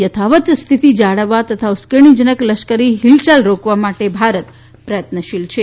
યથાવત સ્થિતિ જાળવવા અને ઉશ્કેરણીજનક લશ્કરી હિલયાલ રોકવા માટે ભારત પ્રયત્નશીલ છે